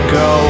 go